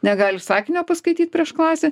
negali sakinio paskaityt prieš klasę